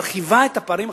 מרחיבה את הפערים החברתיים.